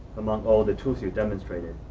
among all the tools you've demonstrated,